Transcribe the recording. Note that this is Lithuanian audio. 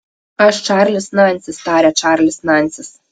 aš čarlis nansis tarė čarlis nansis